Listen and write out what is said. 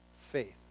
Faith